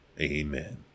Amen